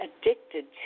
addicted